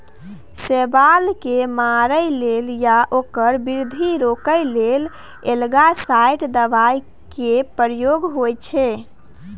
शैबाल केँ मारय लेल या ओकर बृद्धि रोकय लेल एल्गासाइड दबाइ केर प्रयोग होइ छै